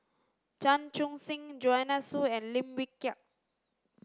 Chan Chun Sing Joanne Soo and Lim Wee Kiak